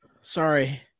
sorry